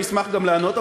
אני אשמח גם לענות,